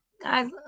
guys